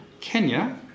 Kenya